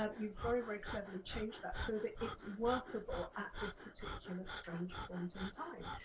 ah you very, very cleverly changed that so that it's workable at this particular strange point in time.